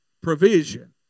provision